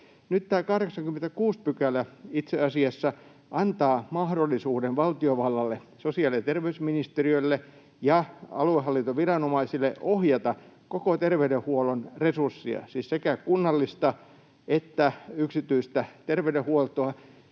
86 § itse asiassa antaa mahdollisuuden valtiovallalle, sosiaali- ja terveysministeriölle ja aluehallintoviranomaisille ohjata koko terveydenhuollon resurssia, siis sekä kunnallista että yksityistä terveydenhuoltoa.